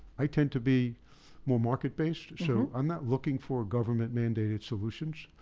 i tend to be more market-based. so i'm not looking for government mandated solutions.